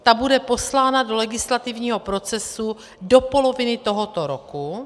Ta bude poslána do legislativního procesu do poloviny tohoto roku.